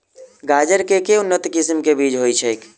गाजर केँ के उन्नत किसिम केँ बीज होइ छैय?